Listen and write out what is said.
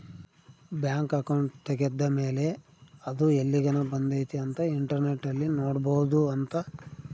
bank account ತೆಗೆದ್ದ ಮೇಲೆ ಅದು ಎಲ್ಲಿಗನ ಬಂದೈತಿ ಅಂತ ಇಂಟರ್ನೆಟ್ ಅಲ್ಲಿ ನೋಡ್ಬೊದು ಅಂತ